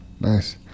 Nice